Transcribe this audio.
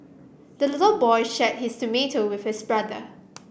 the little boy shared his tomato with his brother